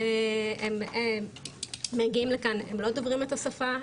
הם מגיעים לכאן והם לא דוברים את השפה,